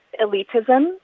elitism